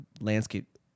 landscape